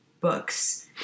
books